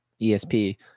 ESP